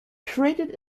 created